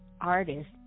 artist